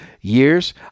years